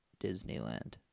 disneyland